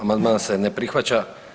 Amandman se ne prihvaća.